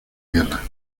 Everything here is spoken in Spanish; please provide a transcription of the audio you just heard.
guerra